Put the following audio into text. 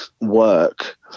work